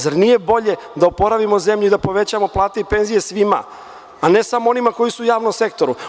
Zar nije bolje da oporavimo zemlju i da povećamo plate i penzije svima, a ne samo onima koji su u javnom sektoru?